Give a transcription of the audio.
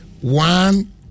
one